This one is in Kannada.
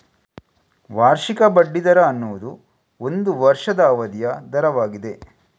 ವಾರ್ಷಿಕ ಬಡ್ಡಿ ದರ ಅನ್ನುದು ಒಂದು ವರ್ಷದ ಅವಧಿಯ ದರವಾಗಿದೆ